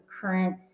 current